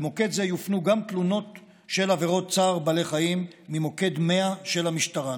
למוקד זה יופנו גם תלונות על עבירות צער בעלי חיים ממוקד 100 של המשטרה.